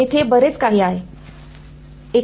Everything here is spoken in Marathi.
तेथे बरेच काही आहे